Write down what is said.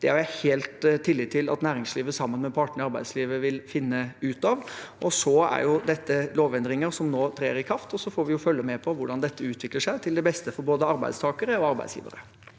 Det har jeg full tillit til at næringslivet sammen med partene i arbeidslivet vil finne ut av. Det er lovendringer som nå trer i kraft, og så får vi følge med på hvordan dette utvikler seg – til det beste for både arbeidstakere og arbeidsgivere.